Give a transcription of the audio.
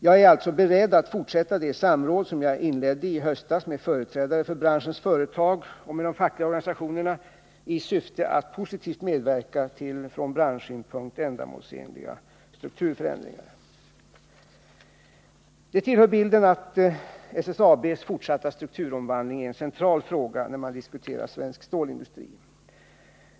Jag är alltså beredd att fortsätta det samråd som jag i höstas inledde med företrädare för företag och fackliga organisationer i syfte att positivt medverka till från branschsynpunkt ändamålsenliga strukturförändringar. Det tillhör bilden att SSAB:s fortsatta strukturomvandling är en central fråga när man diskuterar svensk stålindustri.